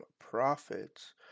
profits